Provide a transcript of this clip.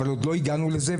אבל עוד לא הגענו לזה,